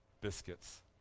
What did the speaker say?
biscuits